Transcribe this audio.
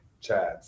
chad